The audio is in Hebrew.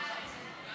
חוק מיסוי